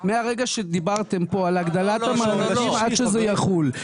מרגע שדיברתם פה על העלאת המענקים עד שזה יחול.